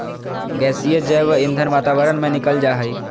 गैसीय जैव ईंधन वातावरण में निकल जा हइ